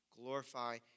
glorify